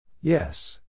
Yes